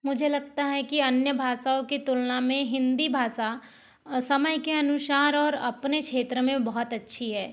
मुझे लगता है कि अन्य भाषाओं की तुलना में हिंदी भाषा समय के अनुसार और अपने क्षेत्र में बहुत अच्छी है